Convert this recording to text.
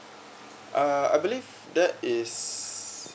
uh I believe that is